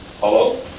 Hello